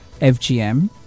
FGM